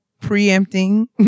preempting